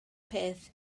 peth